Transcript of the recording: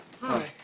Hi